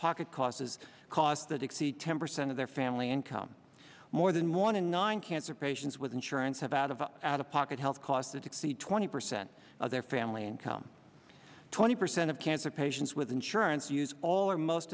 pocket causes costs that exceed ten percent of their family income more than one in nine cancer patients with insurance have out of out of pocket health costs that exceed twenty percent of their family income twenty percent of cancer patients with insurance used all or most